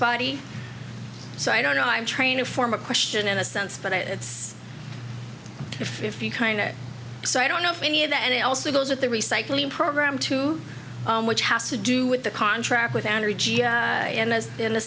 body so i don't know i'm trying to form a question in a sense but it's a fifty kind so i don't know any of that and it also goes with the recycling program to which has to do with the contract with energy and as in a